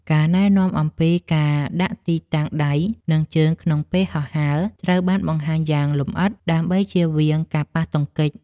ការណែនាំអំពីការដាក់ទីតាំងដៃ និងជើងក្នុងពេលហោះហើរ ត្រូវបានបង្ហាញយ៉ាងលម្អិតដើម្បីជៀសវាងការប៉ះទង្គិច។